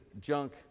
junk